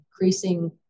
increasing